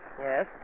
Yes